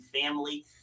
family